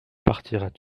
partiras